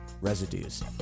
residues